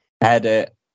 Edit